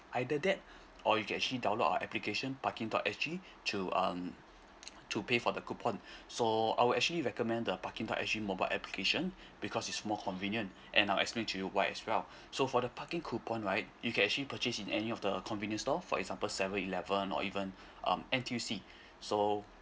either that or you can actually download our application parking dot s g to um to pay for the coupon so I will actually recommend the parking dot s g mobile application because it's more convenient and I'll explain to you why as well so for the parking coupon right you can actually purchase in any of the convenience store for example seven eleven or even um N_T_U_C so